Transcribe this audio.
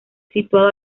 situado